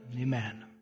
Amen